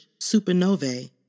supernovae